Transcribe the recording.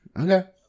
Okay